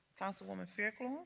councilwoman fairclough.